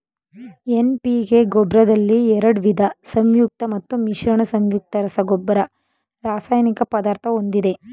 NPK ಗೊಬ್ರದಲ್ಲಿ ಎರಡ್ವಿದ ಸಂಯುಕ್ತ ಮತ್ತು ಮಿಶ್ರಣ ಸಂಯುಕ್ತ ರಸಗೊಬ್ಬರ ರಾಸಾಯನಿಕ ಪದಾರ್ಥ ಹೊಂದಿದೆ